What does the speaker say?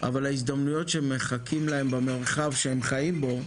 אבל ההזדמנויות שמחכות להם במרחב שהם חיים בו,